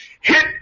Hit